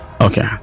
Okay